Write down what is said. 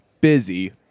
busy